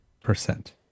percent